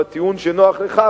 בטיעון שנוח לך,